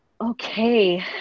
Okay